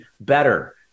better